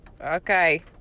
Okay